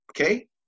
Okay